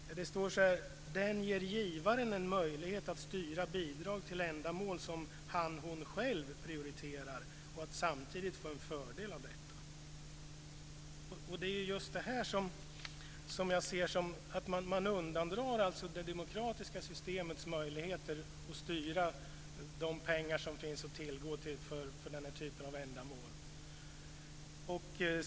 Lennart Kollmats sade: Den ger givaren en möjlighet att styra bidrag till ändamål som han eller hon själv prioriterar och att samtidigt få en fördel av detta. Man undandrar sig alltså det demokratiska systemets möjligheter att styra de pengar som finns att tillgå för den här typen av ändamål.